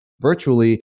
virtually